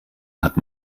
hat